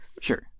Sure